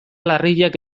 larriak